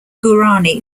guarani